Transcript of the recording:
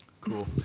cool